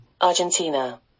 Argentina